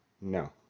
no